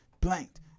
blanked